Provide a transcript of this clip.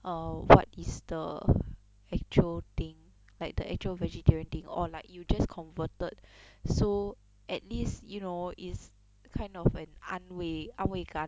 err what is the actual thing like the actual vegetarian thing or like you just converted so at least you know is kind of an 安慰安慰感